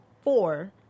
four